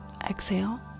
Exhale